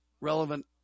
relevant